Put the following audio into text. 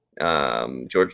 George